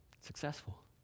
Successful